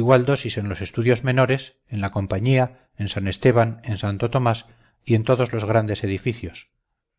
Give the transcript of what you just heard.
igual dosis en los estudios menores en la compañía en san esteban en santo tomás y en todos los grandes edificios